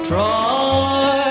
Try